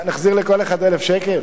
מה, נחזיר לכל אחד 1,000 שקל?